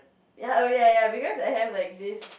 ya oh ya ya because I have like this